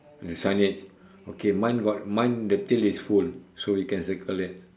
the signage okay mine got mine the tail is full so you can circle that